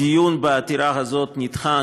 הדיון בעתירה הזאת נדחה,